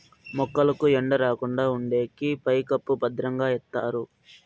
మొక్కలకు ఎండ రాకుండా ఉండేకి పైకప్పు భద్రంగా ఎత్తారు